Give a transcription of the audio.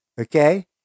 Okay